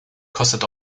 kostet